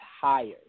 higher